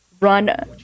run